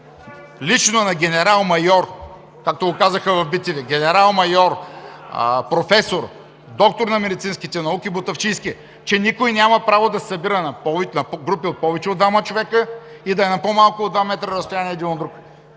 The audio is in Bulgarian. лично на генерал-майор, както го казаха в bTV, генерал-майор, професор, доктор на медицинските науки Мутафчийски, че никой няма право да се събира на групи от повече от двама човека и да са на по-малко от два метра разстояние един от друг.